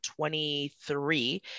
23